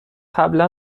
قبلا